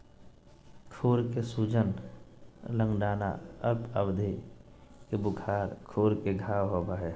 खुर में सूजन, लंगड़ाना, अल्प अवधि के बुखार, खुर में घाव होबे हइ